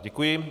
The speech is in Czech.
Děkuji.